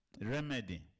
remedy